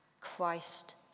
Christ